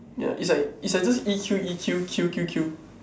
ya it's like it's like those E_Q E_Q Q Q Q